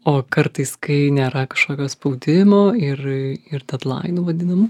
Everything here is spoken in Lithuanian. o kartais kai nėra kažkokio spaudimo ir ir dedlainų vadinamų